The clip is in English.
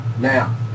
Now